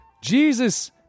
Jesus